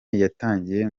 yatangiye